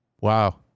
wow